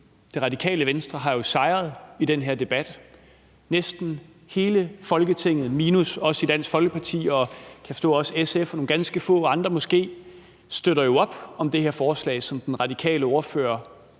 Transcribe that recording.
Radikale Venstre har jo sejret i den her debat. Næsten hele Folketinget minus os i Dansk Folkeparti og, kan jeg forstå, også SF og måske nogle ganske få andre støtter jo op om det her forslag, som den radikale ordfører